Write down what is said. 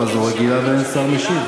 וטובים שעושים וצריך להמשיך